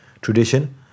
tradition